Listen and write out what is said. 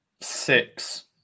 Six